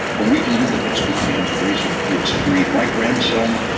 but we can do the best we can to raise our kids free. my grandson,